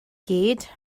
gyd